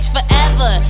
forever